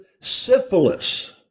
syphilis